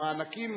מענקים,